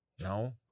No